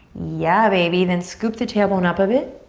yeah, baby. then scoop the tailbone up a bit.